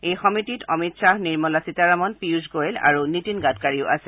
এই সমিতিত অমিত খাহ নিৰ্মলা সীতাৰমণ পীয়ুষ গোৱেল আৰু নীতিন গাডকাৰীও আছে